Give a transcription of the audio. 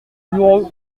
bureau